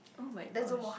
oh-my-gosh